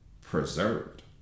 preserved